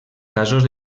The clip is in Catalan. casos